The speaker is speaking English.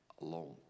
alone